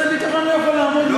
משרד הביטחון לא יכול לעמוד בזה.